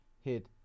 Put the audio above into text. hit